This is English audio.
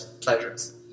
pleasures